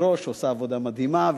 היושבת-ראש עושה עבודה מדהימה,